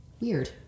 weird